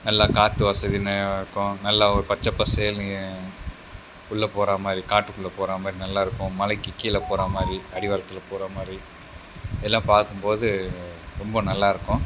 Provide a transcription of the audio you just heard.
நல்ல காற்று வசதி நல்லாயிருக்கும் நல்ல ஒரு பச்சை பசேல்னு உள்ளே போகிற மாதிரி காட்டுக்குள்ளே போகிற மாதிரி நல்லாயிருக்கும் மலைக்கு கீழே போகிற மாதிரி அடிவாரத்தில் போகிற மாதிரி எல்லாம் பார்க்கும்போது ரொம்ப நல்லாயிருக்கும்